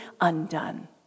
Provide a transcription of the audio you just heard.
undone